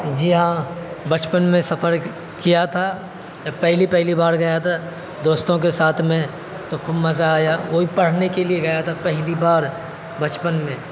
جی ہاں بچپن میں سفر کیا تھا جب پہلی پہلی بار گیا تھا دوستوں کے ساتھ میں تو خوب مزہ آیا وہ بھی پڑھنے کے لیے گیا تھا پہلی بار بچپن میں